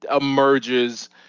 emerges